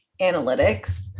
analytics